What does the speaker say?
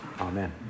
Amen